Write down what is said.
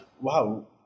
wow